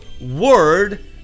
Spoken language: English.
word